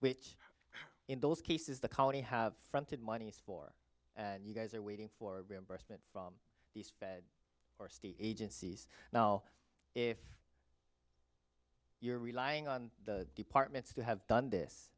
which in those cases the colony have fronted monies for and you guys are waiting for reimbursement from these fed or state agencies now if you're relying on the departments to have done this